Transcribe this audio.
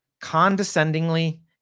condescendingly